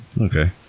Okay